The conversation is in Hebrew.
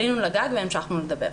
עלינו לגג והמשכנו לדבר.